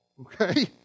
okay